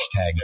hashtag